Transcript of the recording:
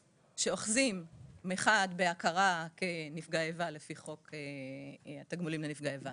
שאוחזים מחד בהכרה כנפגע איבה לפי חוק התגמולים לנפגעי איבה